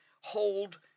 hold